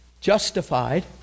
justified